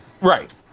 Right